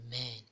Amen